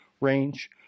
range